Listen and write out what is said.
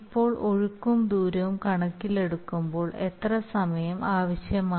ഇപ്പോൾ ഒഴുക്കും ദൂരവും കണക്കിലെടുക്കുമ്പോൾ എത്ര സമയം ആവശ്യമാണ്